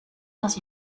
dans